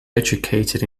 educated